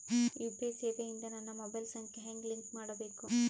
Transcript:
UPI ಸೇವೆ ಇಂದ ನನ್ನ ಮೊಬೈಲ್ ಸಂಖ್ಯೆ ಹೆಂಗ್ ಲಿಂಕ್ ಮಾಡಬೇಕು?